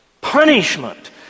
punishment